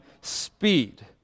speed